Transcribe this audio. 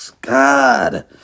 God